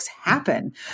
happen